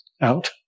out